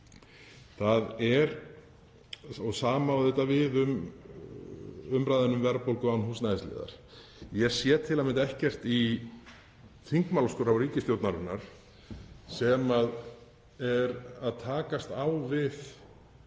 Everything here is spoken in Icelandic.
mér. Sama á auðvitað við um umræðuna um verðbólgu án húsnæðisliðar. Ég sé til að mynda ekkert í þingmálaskrá ríkisstjórnarinnar sem er að takast á við